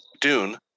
Dune